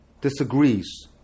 disagrees